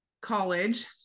college